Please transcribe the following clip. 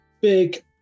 big